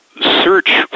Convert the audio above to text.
search